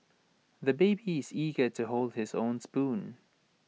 the baby is eager to hold his own spoon